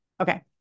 Okay